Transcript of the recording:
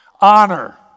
honor